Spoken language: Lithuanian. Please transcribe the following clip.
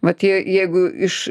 vat jie jeigu iš